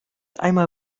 einmal